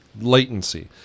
latency